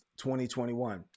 2021